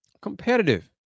Competitive